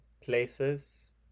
places